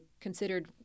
considered